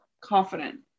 confident